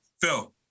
Phil